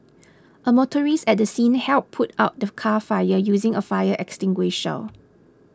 a motorist at the scene helped put out the car fire using a fire extinguisher